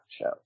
show